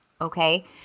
Okay